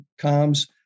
comms